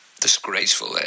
disgraceful